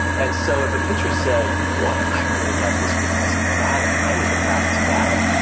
and so if a pitcher said, boy, i really got this weakness of batting, i need to practice batting,